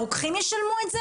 הרוקחים ישלמו את זה?